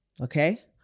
Okay